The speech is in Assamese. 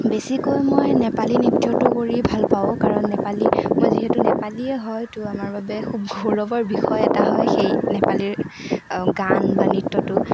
বেছিকৈ মই নেপালী নৃত্য়টো কৰি ভালপাওঁ কাৰণ নেপালী মই যিহেতু নেপালীয়েই হয় তৌ আমাৰ বাবে খুৱ গৌৰৱৰ বিষয় এটা হয় সেই নেপালীৰ গান বা নৃত্য়টো